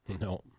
No